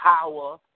power